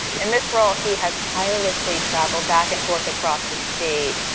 in this role, he has tirelessly traveled back and forth across his state,